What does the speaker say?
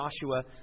Joshua